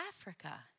Africa